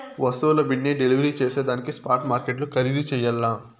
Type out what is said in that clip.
వస్తువుల బిన్నే డెలివరీ జేసేదానికి స్పాట్ మార్కెట్లు ఖరీధు చెయ్యల్ల